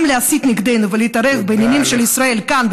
גם להסית נגדנו ולהתערב בעניינים של ישראל כאן,